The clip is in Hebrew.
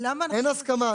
אין הסכמה,